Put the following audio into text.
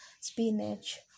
spinach